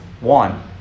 One